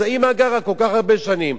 אז האמא גרה כל כך הרבה שנים.